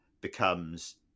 becomes